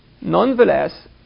Nonetheless